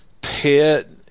pit